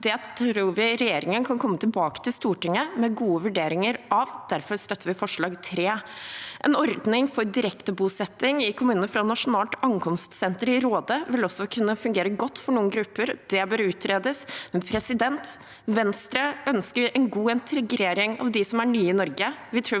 integrering 3241 i hele landet bake til Stortinget med gode vurderinger av. Derfor støtter vi forslag nr. 3. En ordning for direkte bosetting i kommunene fra Nasjonalt ankomstsenter i Råde vil også kunne fungere godt for noen grupper. Det bør utredes. Venstre ønsker en god integrering av de som er nye i Norge.